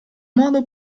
modo